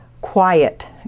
quiet